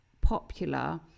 popular